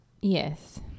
yes